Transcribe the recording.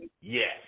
Yes